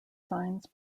signs